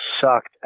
sucked